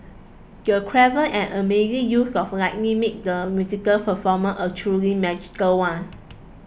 the clever and amazing use of lighting made the musical performance a truly magical one